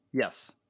Yes